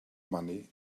money